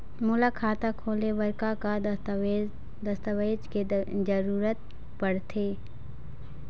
मोला खाता खोले बर का का दस्तावेज दस्तावेज के जरूरत पढ़ते?